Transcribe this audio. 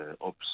ops